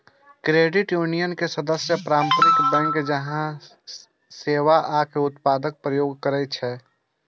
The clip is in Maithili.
क्रेडिट यूनियन के सदस्य पारंपरिक बैंक जकां सेवा आ उत्पादक उपयोग करै छै